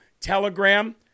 telegram